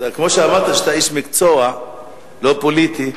כמו שאמרת שאתה איש מקצוע לא פוליטי,